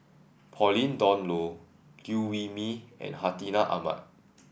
Pauline Dawn Loh Liew Wee Mee and Hartinah Ahmad